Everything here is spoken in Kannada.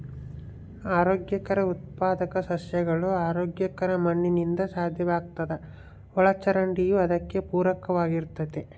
ಆರೋಗ್ಯಕರ ಉತ್ಪಾದಕ ಸಸ್ಯಗಳು ಆರೋಗ್ಯಕರ ಮಣ್ಣಿನಿಂದ ಸಾಧ್ಯವಾಗ್ತದ ಒಳಚರಂಡಿಯೂ ಅದಕ್ಕೆ ಪೂರಕವಾಗಿರ್ತತೆ